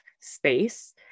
space